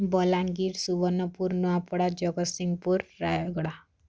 Balangir Subarnapur Nuapada Jagatsinghpur Rayagada